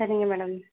சரிங்க மேடம்